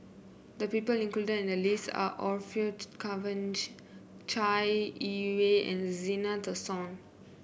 the people included in the list are Orfeur Cavenagh Chai Yee Wei and Zena Tessensohn